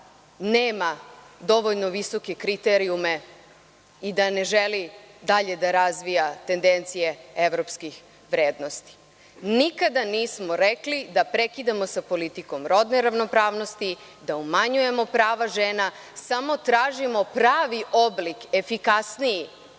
nema dovoljno visoke kriterijume i da ne želi dalje da razvija tendencije evropskih vrednosti. Nikada nismo rekli da prekidamo sa politikom rodne ravnopravnosti, da umanjujemo prava žena. Samo tražimo pravi oblik, efikasniji,